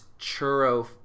churro